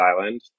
island